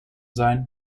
sein